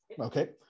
okay